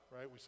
right